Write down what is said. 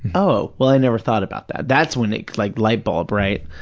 oh, well, i never thought about that. that's when it, like light bulb, right?